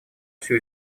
всю